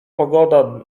pogoda